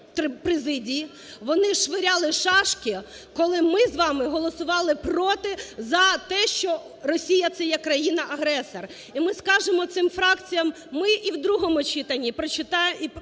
вонишвиряли шашки, коли ми з вами голосували "проти", за те, що Росія – це є країна-агресор. І ми скажемо цим фракціям: ми і в другому читанні прочитаємо